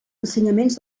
ensenyaments